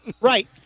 Right